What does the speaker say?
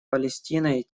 палестиной